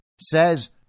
says